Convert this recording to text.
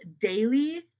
daily